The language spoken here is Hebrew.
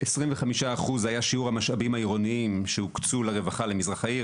25% היה שיעור המשאבים העירוניים שהוקצו לרווחה במזרח העיר,